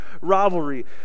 rivalry